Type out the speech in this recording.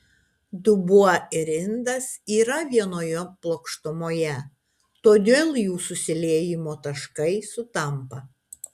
dubuo ir indas yra vienoje plokštumoje todėl jų susiliejimo taškai sutampa